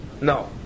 No